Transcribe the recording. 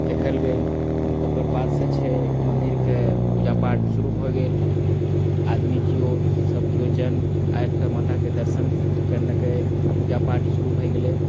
देखल गेल ओकर बादसँ छै मन्दिरके पूजा पाठ शुरू भऽ गेल आदमी किओ सब किओ जन आबिकऽ माताके दर्शन करलकै पूजा पाठ शुरू भऽ गेलै